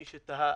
מי שתהה,